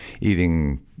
eating